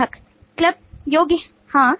ग्राहक क्लब योग्य हाँ